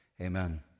Amen